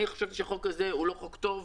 אני חושבת שהחוק הזה הוא לא חוק טוב.